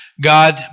God